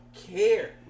care